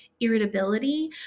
irritability